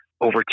over